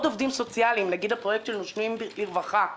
עובדים סוציאליים למשל הפרויקט "נושמים לרווחה",